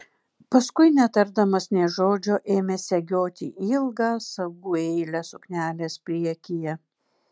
paskui netardamas nė žodžio ėmė segioti ilgą sagų eilę suknelės priekyje